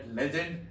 legend